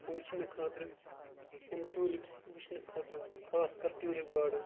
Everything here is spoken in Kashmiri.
وٕچھںہٕ خٲطرٕ تِم ٹیوٗلِپٕس وٕچھنہٕ خٲطرٕ خاص کَر ٹیوٗلِپ گاڑَن